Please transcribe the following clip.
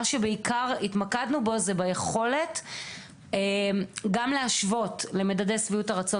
מה שבעיקר התמקדנו בו הוא היכולת להשוות למדדי שביעות הרצון